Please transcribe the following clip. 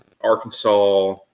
Arkansas